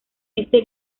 este